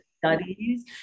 studies